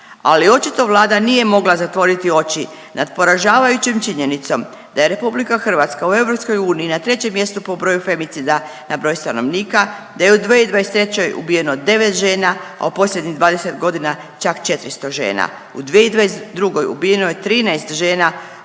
ali očito Vlada nije mogla zatvoriti oči nad poražavajućom činjenicom da je RH u EU na trećem mjestu po broju femicida na broj stanovnika, da je u 2023. ubijeno 9 žena, a u posljednjih 20 godina čak 400 žena. U 2022. ubijeno je 13 žena